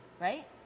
right